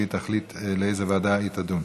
והיא תחליט איזו ועדה תדון.